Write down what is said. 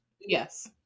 Yes